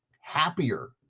happier